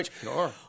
Sure